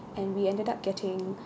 and we ended up getting